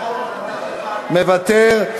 מוותר.